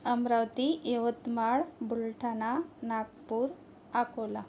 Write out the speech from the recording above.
Amravati Yavatmal Buldhana Nagpur Akola